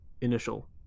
initial